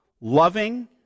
loving